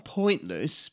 pointless